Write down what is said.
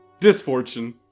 Disfortune